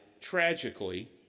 tragically